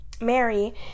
Mary